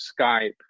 Skype